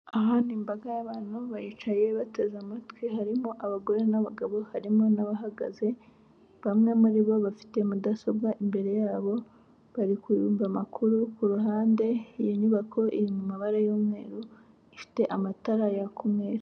Aha ni imbaga y'abantu, baricaye bateze amatwi. Harimo abagore n'abagabo, harimo n'abahagaze. Bamwe muri bo bafite mudasobwa imbere yabo, barikumva amakuru ku ruhande. Iyi nyubako iri mu mabara y'umweru, ifite amatara yaka umweru.